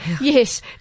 Yes